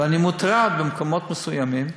ואני מוטרד, במקומות מסוימים,